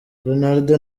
ronaldo